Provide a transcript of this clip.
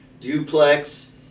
Duplex